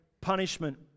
punishment